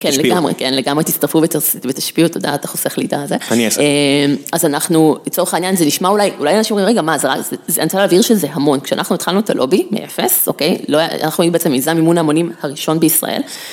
כן, לגמרי, לגמרי תצטרפו ותשפיעו, תודה, אתה חוסך לי את הזה... אז אנחנו, לצורך העניין זה נשמע אולי, אולי אנשים אומרים, רגע, מה, זה רק... אני צריכה להבהיר שזה המון, כשאנחנו התחלנו את הלובי מ-0, אוקיי? אנחנו בעצם, זה היה מימון ההמונים הראשון בישראל.